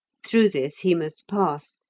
through this he must pass,